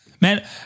Man